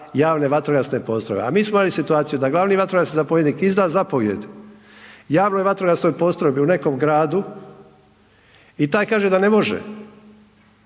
javne vatrogasne postrojbe. A mi smo imali situaciju da glavni vatrogasni zapovjednik izda zapovijed javnoj vatrogasnoj postrojbi u nekom gradu i taj kaže da ne može